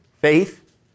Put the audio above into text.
Faith